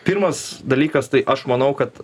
pirmas dalykas tai aš manau kad